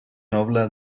noble